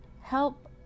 help